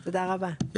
תודה רבה.